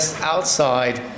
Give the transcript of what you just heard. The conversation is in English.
outside